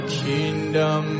kingdom